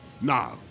now